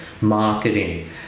marketing